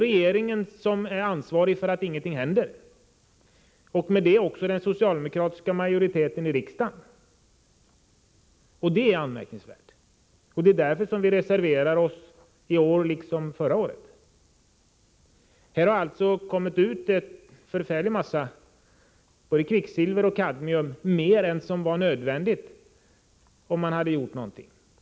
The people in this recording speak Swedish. Regeringen är ansvarig för att det inte har hänt något, och därmed också den socialdemokratiska majoriteten i riksdagen. Detta är anmärkningsvärt. Det är därför vi reserverar oss, i år liksom förra året. Det har förekommit utsläpp av både kvicksilver och kadmium i en omfattning som varit större än nödvändigt på grund av att man inte gjort någonting.